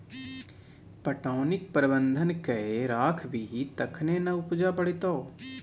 पटौनीक प्रबंधन कए राखबिही तखने ना उपजा बढ़ितौ